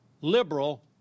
liberal